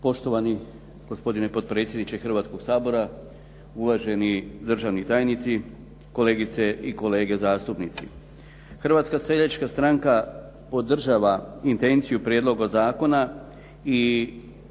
Poštovani gospodine potpredsjedniče Hrvatskoga sabora, uvaženi državni tajnici, kolegice i kolege zastupnici. Hrvatska seljačka stranka podržava intenciju prijedloga zakona i neka